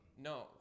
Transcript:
No